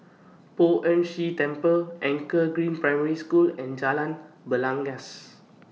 Poh Ern Shih Temple Anchor Green Primary School and Jalan Belangkas